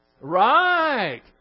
Right